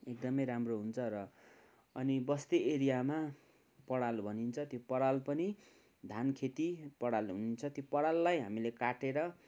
एकदमै राम्रो हुन्छ र अनि बस्ती एरियामा पराल भनिन्छ त्यो पराल पनि धान खेती पराल हुन्छ त्यो पराललाई हामीले काटेर